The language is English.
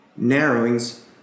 narrowings